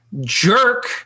jerk